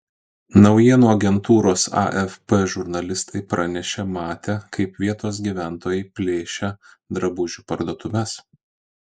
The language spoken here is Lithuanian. naujienų agentūros afp žurnalistai pranešė matę kaip vietos gyventojai plėšia drabužių parduotuves